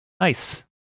Nice